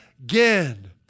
Again